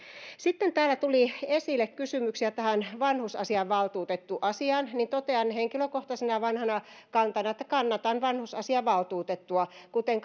sitten täällä tuli esille kysymyksiä tähän vanhusasiavaltuutettuasiaan totean henkilökohtaisena vanhana kantanani että kannatan vanhusasiavaltuutettua kuten